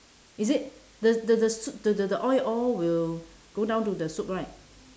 is it the the the sou~ the the oil all will go down to the soup right